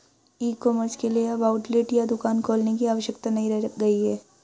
ई commerce के लिए अब आउटलेट या दुकान खोलने की आवश्यकता नहीं रह गई है